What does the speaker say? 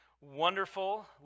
wonderful